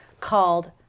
called